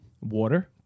Water